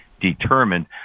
determined